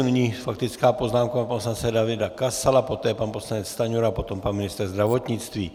Nyní faktická poznámka pana poslance Davida Kasala, poté pan poslanec Stanjura, potom pan ministr zdravotnictví.